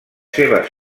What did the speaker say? seves